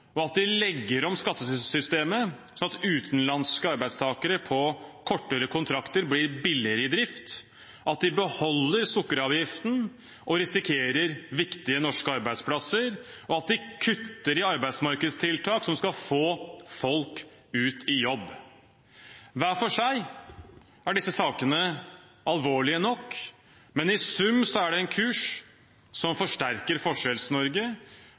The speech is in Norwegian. at de legger om skattesystemet slik at utenlandske arbeidstakere på kortere kontrakter blir billigere i drift, at de beholder sukkeravgiften og risikerer viktige norske arbeidsplasser, og at de kutter i arbeidsmarkedstiltak som skal få folk ut i jobb. Hver for seg er disse sakene alvorlige nok, men i sum er det en kurs som forsterker